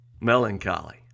Melancholy